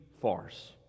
farce